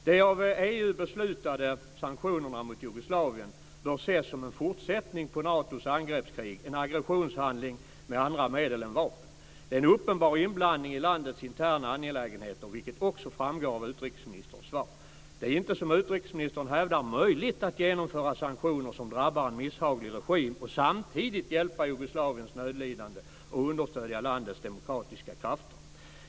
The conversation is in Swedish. De av EU beslutade sanktionerna mot Jugoslavien bör ses som en fortsättning på Natos angreppskrig, en aggressionshandling med andra medel än vapen. Det är en uppenbar inblandning i landets interna angelägenheter, vilket också framgår av utrikesministerns svar. Det är inte, som utrikesministern hävdar, möjligt att genomföra sanktioner som drabbar en misshaglig regim och samtidigt "hjälpa Jugoslaviens nödlidande" och "understödja landets demokratiska krafter".